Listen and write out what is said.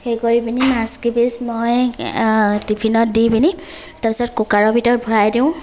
সেই কৰি পিনি মাছ কেইপিচ মই টিফিনত দি পিনি তাৰপিছত কুকাৰৰ ভিতৰত ভৰাই দিওঁ